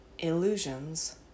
illusions